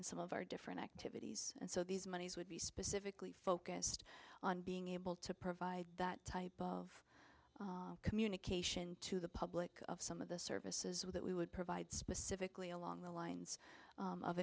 in some of our different activities and so these monies would be specifically focused on being able to provide that type of communication to the public of some of the services that we would provide specifically along the lines of